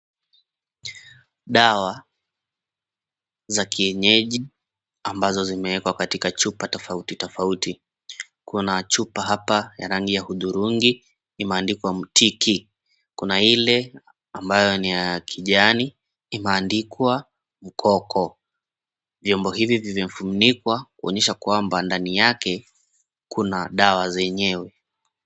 Dawa za kienyeji ambazo zimeekwa katika chupa tafauti tafauti kuna chupa hapa ya rangi ya hudhurungi imeandikwa Mtiki, kuna ile ambayo ni ya kijani imeandikwa mkoko. Vyombo hivi vimefunikwa kuonyesha kwamba ndani yake kuna dawa zenyewe.